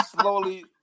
slowly